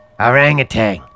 orangutan